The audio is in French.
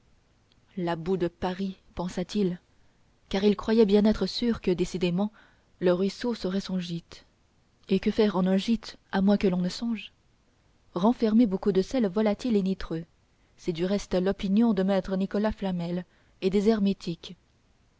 la boue de paris pensa-t-il car il croyait bien être sûr que décidément le ruisseau serait son gîte et que faire en un gîte à moins que l'on ne songe la boue de paris est particulièrement puante elle doit renfermer beaucoup de sel volatil et nitreux c'est du reste l'opinion de maître nicolas flamel et des hermétiques